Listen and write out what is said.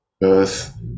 Birth